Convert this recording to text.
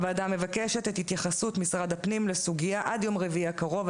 הוועדה מבקשת את התייחסות משרד הפנים לסוגיה עד יום רביעי הקרוב,